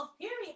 period